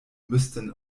müssten